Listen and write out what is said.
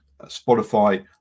Spotify